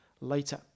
later